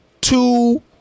Two